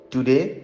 Today